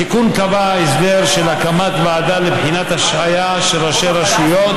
התיקון קבע הסדר של הקמת ועדה לבחינת השעיה של ראשי רשויות,